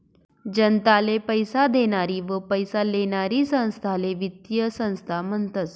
जनताले पैसा देनारी व पैसा लेनारी संस्थाले वित्तीय संस्था म्हनतस